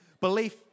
Belief